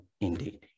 indeed